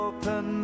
Open